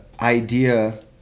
idea